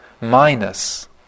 minus